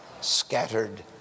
scattered